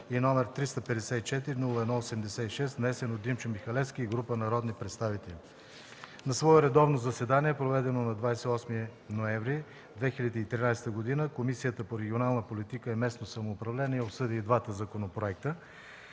и № 354-01-86, внесен от Димчо Михалевски и група народни представители На свое редовно заседание, проведено на 28 ноември 2013 г., Комисията по регионална политика и местно самоуправление обсъди и двата законопроекта.